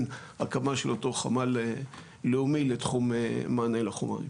הקמה של אותו חמ"ל לאומי לתחום מענה לחומרים.